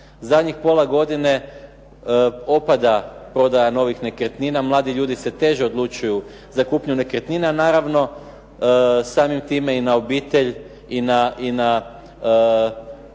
Zadnjih pola godine opada prodaja novih nekretnina, mladi ljudi se teže odlučuju za kupnju nekretnina. Naravno samim time i na obitelj i na